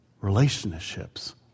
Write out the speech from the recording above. Relationships